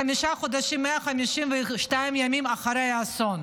חמישה חודשים, 152 ימים, אחרי האסון.